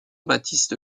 baptiste